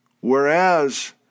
Whereas